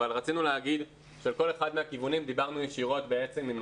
אבל רצינו להגיד שעל כל אחד מהכיוונים דיברנו ישירות בעצם עם